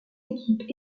équipes